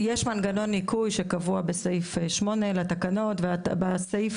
יש מנגנון ניכוי שקבוע בסעיף 8 לתקנות ובסעיף